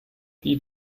wie